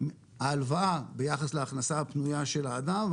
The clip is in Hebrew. ההלוואה ביחס להכנסה הפנויה של האדם,